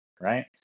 right